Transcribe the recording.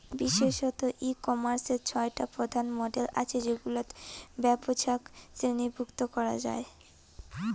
বিশেষতঃ ই কমার্সের ছয়টা প্রধান মডেল আছে যেগুলাত ব্যপছাক শ্রেণীভুক্ত করা যায়